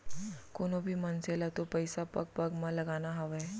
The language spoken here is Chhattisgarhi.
कोनों भी मनसे ल तो पइसा पग पग म लगाना हावय